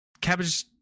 Cabbage